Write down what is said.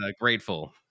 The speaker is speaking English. grateful